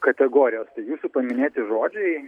kategorijos tai jūsų paminėti žodžiai